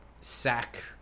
sack